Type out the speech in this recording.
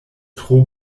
tro